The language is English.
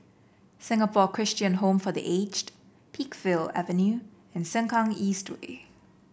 Singapore Christian Home for The Aged Peakville Avenue and Sengkang East Way